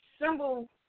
symbol